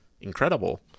incredible